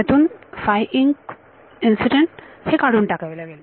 त्यातून हे काढून टाकावे लागेल